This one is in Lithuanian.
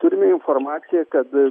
turime informaciją kad